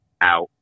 out